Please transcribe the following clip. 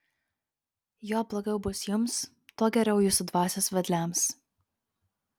juo blogiau bus jums tuo geriau jūsų dvasios vedliams